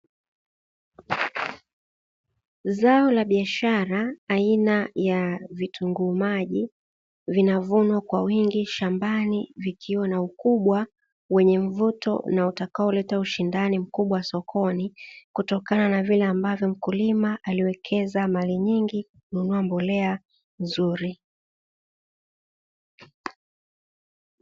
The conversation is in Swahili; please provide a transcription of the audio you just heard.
Zao la biashara aina ya vitunguu maji vinavunwa kwa wingi shambani vikiwa na ukubwa wenye uzito na utakaoleta ushindani mkubwa sokoni kutokana na vile ambavyo mkulima aliwekeza mali nyingi kununua mbolea nzuri.